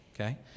Okay